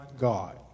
God